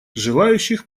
желающих